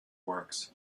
works